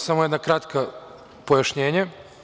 Samo jedno kratko pojašnjenje.